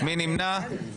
מי נמנע?